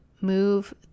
move